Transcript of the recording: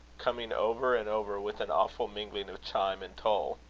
coming over and over with an awful mingling of chime and toll.